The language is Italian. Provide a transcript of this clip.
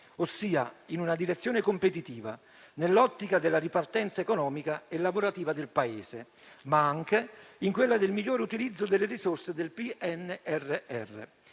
ossia in una direzione competitiva, nell'ottica della ripartenza economica e lavorativa del Paese, ma anche in quella del migliore utilizzo del PNRR.